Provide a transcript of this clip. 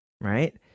right